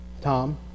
Tom